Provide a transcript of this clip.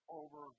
over